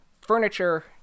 furniture